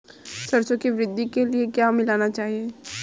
सरसों की वृद्धि के लिए क्या मिलाना चाहिए?